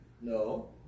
No